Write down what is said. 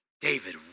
David